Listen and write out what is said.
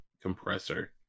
compressor